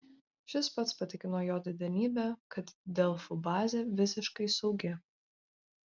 šis pats patikino jo didenybę kad delfų bazė visiškai saugi